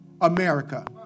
America